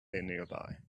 nearby